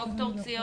דוקטור דינה